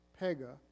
PEGA